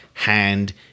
hand